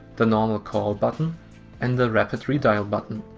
the normal call button and the rapid redial button.